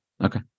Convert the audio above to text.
Okay